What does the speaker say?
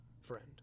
friend